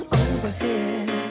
overhead